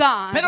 God